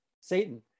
Satan